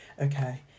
Okay